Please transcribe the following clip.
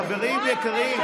חברים יקרים.